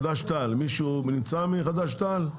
מישהו נמצא מחדש-תע"ל?